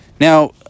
Now